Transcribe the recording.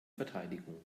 verteidigung